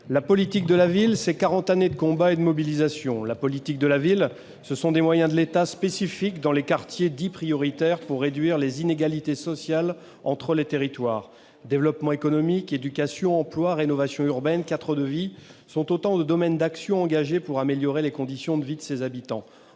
La politique de la ville, ce sont quarante années de combat et de mobilisation. La politique de la ville, ce sont des moyens spécifiques de l'État dans les quartiers dits prioritaires, pour réduire les inégalités sociales entre les territoires. Développement économique, éducation, emploi, rénovation urbaine, cadre de vie sont autant de domaines d'action engagés pour améliorer les conditions de vie de ces habitants.